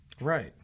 right